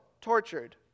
tortured